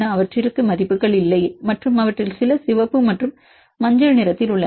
அவற்றிற்கு மதிப்புகள் இல்லை மற்றும் அவற்றில் சில சிவப்பு மற்றும் மஞ்சள் நிறத்தில் உள்ளன